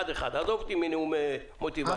עזוב אותי מנאומי מוטיבציה.